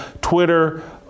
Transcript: Twitter